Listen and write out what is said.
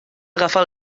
agafar